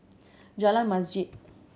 Jalan Masjid